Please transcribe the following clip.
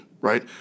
right